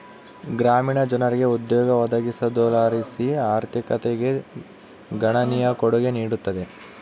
ಗ್ರಾಮೀಣ ಜನರಿಗೆ ಉದ್ಯೋಗ ಒದಗಿಸೋದರ್ಲಾಸಿ ಆರ್ಥಿಕತೆಗೆ ಗಣನೀಯ ಕೊಡುಗೆ ನೀಡುತ್ತದೆ